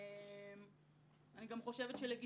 לכן באה שרת